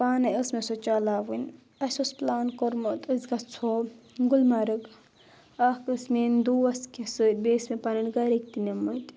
پانے ٲس مےٚ سُہ چَلاوٕنۍ اَسہِ اوس پٕلان کوٚرمُت أسۍ گژھَو گُلمَرٕگ اَکھ ٲسۍ میٲنۍ دوٗس کینٛہہ سۭتۍ بیٚیہِ ٲسۍ مےٚ پَنٕنۍ گَرٕکۍ تہِ نِمٕتۍ